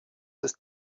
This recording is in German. ist